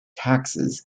taxes